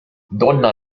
donna